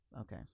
okay